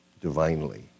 divinely